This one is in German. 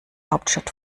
hauptstadt